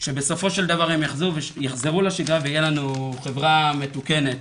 שבסופו של דבר הם יחזרו לשגרה ויהיה לנו חברה מתוקנת,